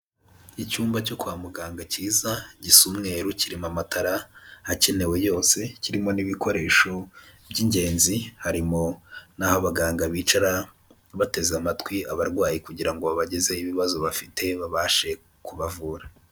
Icyumba cyo kwa muganga kiza, gisa umweru, kirimo amatara akenewe yose, kirimo n'ibikoresho by'ingenzi, harimo n'aho abaganga bicara bateze amatwi abarwayi kugira ngo babagezeho ibibazo bafite, babashe kubavura.